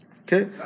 Okay